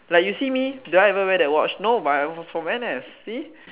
like you see me do I even wear that watch no but I'm from N_S see